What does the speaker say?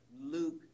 Luke